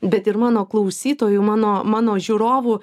bet ir mano klausytojų mano mano žiūrovų